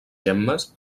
gemmes